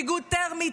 ביגוד תרמי,